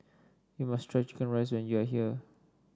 you must try chicken rice when you are here